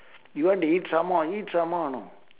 you want to eat some more eat some more know